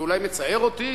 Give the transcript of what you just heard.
זה אולי מצער אותי,